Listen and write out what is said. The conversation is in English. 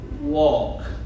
walk